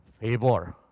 favor